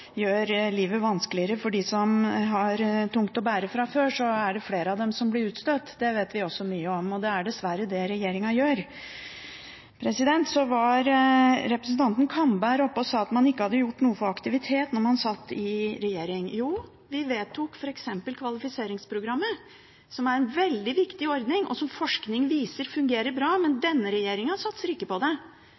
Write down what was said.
gjør livet vanskeligere for dem som har tungt å bære fra før, er det flere av dem som blir utstøtt. Det vet vi også mye om, og det er dessverre det regjeringen gjør. Representanten Kambe var oppe og sa at man ikke hadde gjort noe for aktivitet da man satt i regjering. Jo, vi vedtok f.eks. kvalifiseringsprogrammet, som er en veldig viktig ordning, og som forskning viser fungerer bra, men denne regjeringen satser ikke på det.